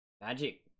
Magic